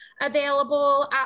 available